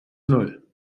null